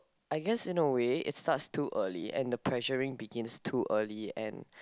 I guess in a way it starts too early and the pressuring begins too early and